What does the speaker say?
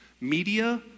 Media